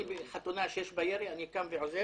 בחתונה שיש בה ירי, אני קם ועוזב